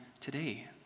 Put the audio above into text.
today